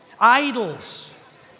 Idols